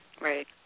Right